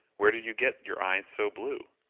where did you get your eyes so blue?